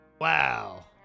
Wow